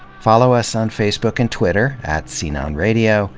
follow us on facebook and twitter, at sceneonradio.